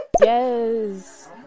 Yes